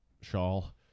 shawl